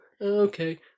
okay